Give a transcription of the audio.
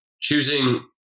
choosing